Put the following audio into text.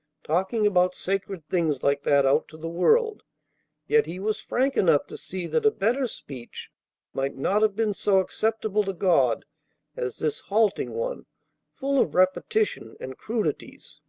talking about sacred things like that out to the world yet he was frank enough to see that a better speech might not have been so acceptable to god as this halting one full of repetition and crudities.